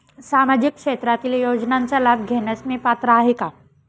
सामाजिक क्षेत्रातील योजनांचा लाभ घेण्यास मी पात्र आहे का?